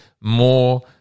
more